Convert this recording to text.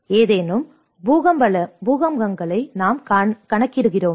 ஏதேனும் பூகம்பங்களை நாம் கணிக்கிறோமா